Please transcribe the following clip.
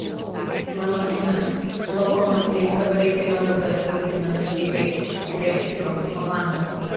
mano akimis lokomotiv dabar reikia juodadarbių vaidmens žaidėjų kurie klijuotų komandą